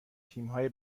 تیمهای